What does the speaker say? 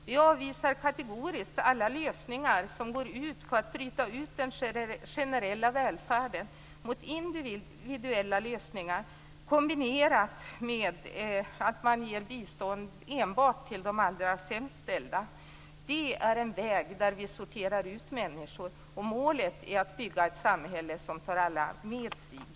Vi avvisar kategoriskt alla lösningar som går ut på att byta ut den generella välfärden mot individuella lösningar kombinerat med att man ger bistånd enbart till de allra sämst ställda. Det är en väg där vi sorterar ut människor. Målet är att bygga ett samhälle som tar alla med sig.